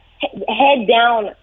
head-down